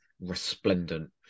Resplendent